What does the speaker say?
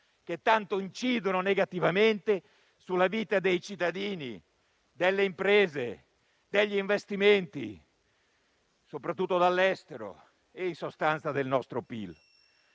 che tanto incidono negativamente sulla vita dei cittadini, delle imprese, degli investimenti, soprattutto dall'estero, e in sostanza sul nostro PIL.